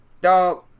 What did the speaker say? dog